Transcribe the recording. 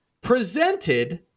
presented